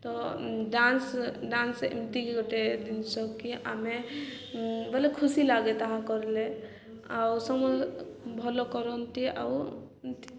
ତ dance dance ଏମତିକି ଗୋଟେ ଜିନିଷ କି ଆମେ ବୋଲେ ଖୁସି ଲାଗେ ତାହା କରିଲେ ଆଉ ସମସ୍ତେ ଭଲ କରନ୍ତି ଆଉ